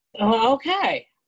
okay